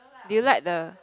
do you like the